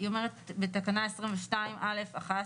בתקנה 22(א)(1)